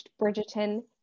Bridgerton